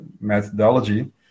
methodology